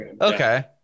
Okay